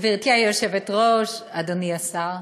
גברתי היושבת-ראש, אדוני השר,